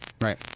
right